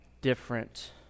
different